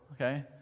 okay